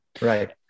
Right